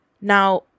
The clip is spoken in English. Now